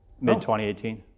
mid-2018